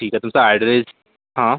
ठीक आहे तुमचा ऍड्रेस हा